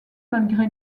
malgré